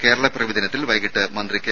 കേരളപ്പിറവി ദിനത്തിൽ വൈകിട്ട് മന്ത്രി കെ